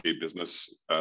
business